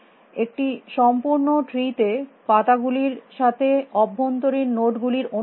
একটি সম্পূর্ণ ট্রি তে পাতা গুলির সাথে অভ্যন্তরীণ নোড গুলির অনুপাত কী